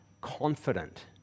confident